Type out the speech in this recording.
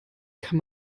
kann